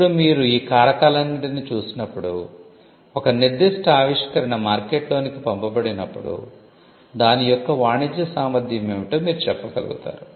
ఇప్పుడు మీరు ఈ కారకాలన్నింటినీ చూసినప్పుడు ఒక నిర్దిష్ట ఆవిష్కరణ మార్కెట్లోనికి పంపబడినప్పుడు దాని యొక్క వాణిజ్య సామర్థ్యం ఏమిటో మీరు చెప్పగలుగుతారు